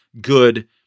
good